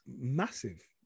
massive